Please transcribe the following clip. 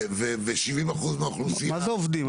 מה זה עובדים?